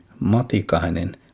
Matikainen